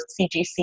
CGC